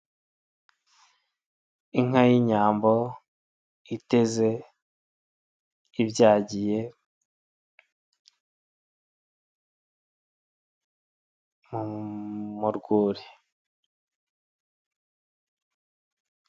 Inka y'inyambo, iteze, ibyagiye, mu rwuri.